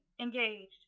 engaged